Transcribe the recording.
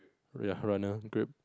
ya runner grab